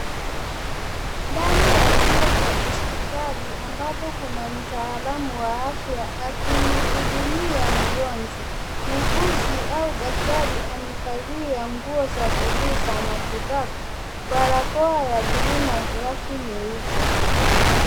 Ndani ya chumba cha hospitali, ambapo kuna mtaalamu wa afya, akimhudumia mgonjwa. Muuguzi au daktari, amevalia nguo za buluu za matibabu. Barakoa ya buluu na glovu nyeupe.